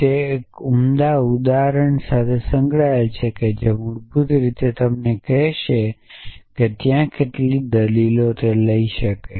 તેઓ એક ઉમદા સાથે સંકળાયેલા છે જે મૂળભૂત રીતે તમને કહે છે કે તે કેટલી દલીલો લઈ શકે છે